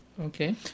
Okay